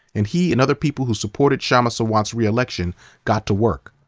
and he and other people who supported kshama sawant's reelection got to work.